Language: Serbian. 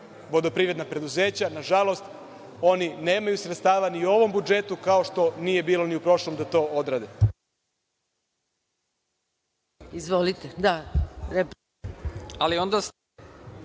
vodoprivredna preduzeća. Nažalost, oni nemaju sredstava ni u ovom budžetu kao što nije bilo ni u prošlom da to odrade.